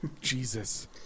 Jesus